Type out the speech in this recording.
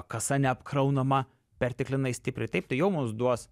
kasa neapkraunama perteklinai stipriai taip tai jau mums duos